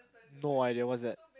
no idea what's that